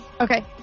Okay